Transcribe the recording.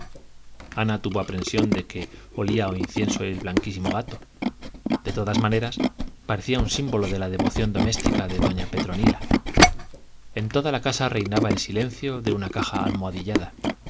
ana tuvo aprensión de que olía a incienso el blanquísimo gato de todas maneras parecía un símbolo de la devoción doméstica de doña petronila en toda la casa reinaba el silencio de una caja almohadillada